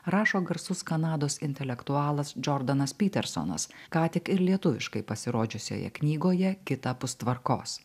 rašo garsus kanados intelektualas džordanas petersonas ką tik ir lietuviškai pasirodžiusioje knygoje kitapus tvarkos